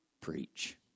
preach